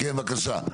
כן בבקשה?